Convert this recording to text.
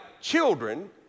children